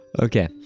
Okay